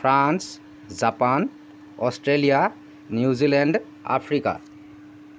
France Japan Australia New Zealand Africa